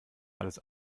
alles